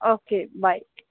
okay bye